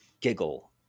giggle